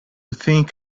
think